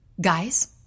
Guys